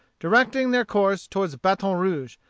directing their course toward baton rouge,